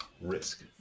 risk